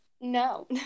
No